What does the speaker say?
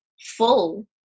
full